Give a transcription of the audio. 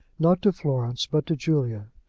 not to florence but to julia.